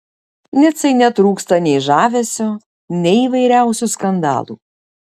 nicai netrūksta nei žavesio nei įvairiausių skandalų